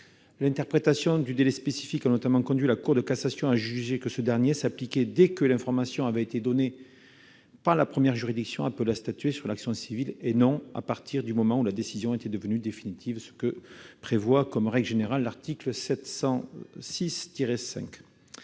L'interprétation du délai spécifique a notamment conduit la Cour de cassation à juger que ce dernier s'appliquait dès que l'information avait été donnée par la première juridiction appelée à statuer sur l'action civile, et non à partir du moment où la décision était devenue définitive, ce que prévoit, comme règle générale, l'article 706-5